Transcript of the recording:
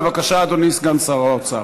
בבקשה, אדוני סגן שר האוצר.